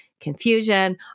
Confusion